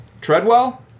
Treadwell